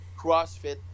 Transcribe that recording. CrossFit